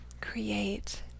Create